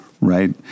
right